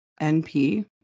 NP